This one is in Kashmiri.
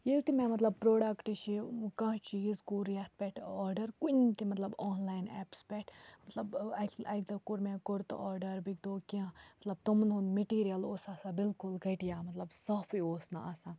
ییٚلہِ تہِ مےٚ مطلب پروڈَکٹ چھِ کانٛہہ چیٖز کوٚر یَتھ پٮ۪ٹھ آرڈَر کُنہِ تہِ مطلب آنلاین ایٚپٕس پٮ۪ٹھ مطلب اَکہِ اَکہِ دۄہ کوٚر مےٚ کوٚرتہٕ آرڈَر بیٚکہِ دۄہ کیٚنٛہہ مطلب تمَن ہُنٛد میٚٹیٖریَل اوس آسان بِلکُل گٹھیا مطلب صافٕے اوس نہٕ آسان